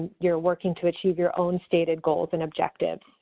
you're working to achieve your own stated goals and objectives.